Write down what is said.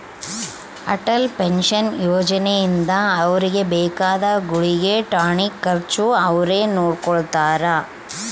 Atal pension ಯೋಜನೆ ಇಂದ ಅವ್ರಿಗೆ ಬೇಕಾದ ಗುಳ್ಗೆ ಟಾನಿಕ್ ಖರ್ಚು ಅವ್ರೆ ನೊಡ್ಕೊತಾರ